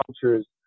cultures